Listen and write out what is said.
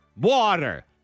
water